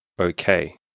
okay